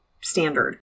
standard